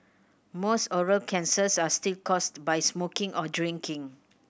most oral cancers are still caused by smoking or drinking